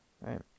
Right